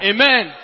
Amen